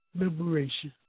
liberation